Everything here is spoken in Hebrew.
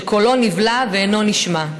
שקולו נבלע ואינו נשמע.